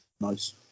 Nice